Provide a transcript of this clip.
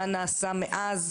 מה נעשה מאז,